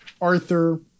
Arthur